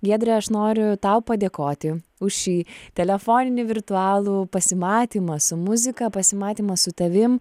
giedre aš noriu tau padėkoti už šį telefoninį virtualų pasimatymą su muzika pasimatymą su tavim